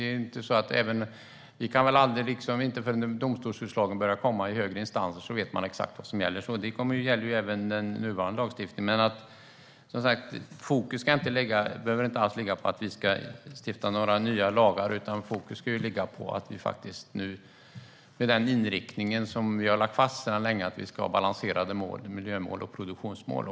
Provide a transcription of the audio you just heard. Inte förrän domstolsutslagen börjar komma i högre instans vet vi exakt vad som gäller. Det gäller även nuvarande lagstiftning. Fokus behöver dock inte ligga på att vi ska stifta nya lagar, utan fokus ska ligga på att vi enligt den inriktning vi har lagt fast sedan länge ska ha balanserade miljömål och produktionsmål.